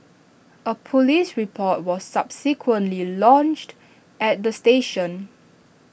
A Police report was subsequently lodged at the station